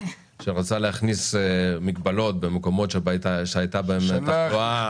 שרצה להכניס מגבלות במקומות שהייתה בהם תחלואה גבוהה.